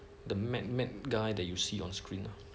the madman guy that you see on screen so it's